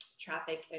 traffic